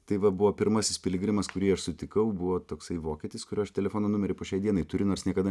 tai va buvo pirmasis piligrimas kurį aš sutikau buvo toksai vokietis kurio aš telefono numerį po šiai dienai turiu nors niekada